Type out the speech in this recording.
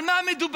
על מה מדובר?